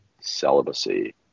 celibacy